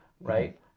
right